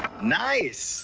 nice